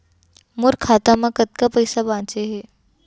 मोर खाता मा कतका पइसा बांचे हे?